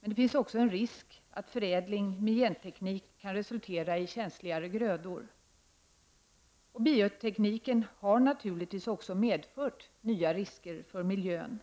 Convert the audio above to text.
Det finns emellertid också en risk att förädling med genteknik kan resultera i känsligare grödor. Biotekniken har naturligtvis också medfört nya risker för miljön.